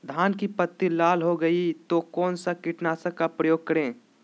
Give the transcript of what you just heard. धान की पत्ती लाल हो गए तो कौन सा कीटनाशक का प्रयोग करें?